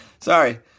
Sorry